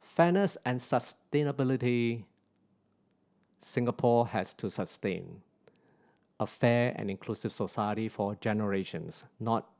fairness and sustainability Singapore has to sustain a fair and inclusive society for generations not